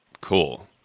Cool